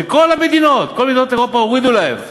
כשכל מדינות אירופה הורידו להן,